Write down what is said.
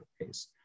case